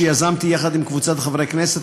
שיזמתי יחד עם קבוצת חברי הכנסת,